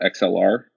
XLR